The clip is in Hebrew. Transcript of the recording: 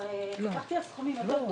כבר התווכחתי על סכומים גדולים יותר מזה.